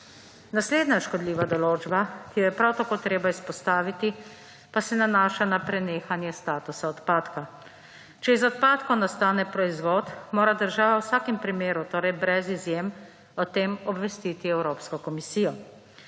Naslednja škodljiva določba, ki jo je prav tako treba izpostaviti, pa se nanaša na prenehanje statusa odpadka. Če iz odpadkov nastane proizvod, mora država v vsakem primeru, torej brez izjem, o tem obvestiti Evropsko komisijo.